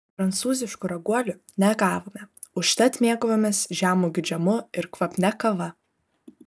prancūziškų raguolių negavome užtat mėgavomės žemuogių džemu ir kvapnia kava